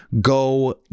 Go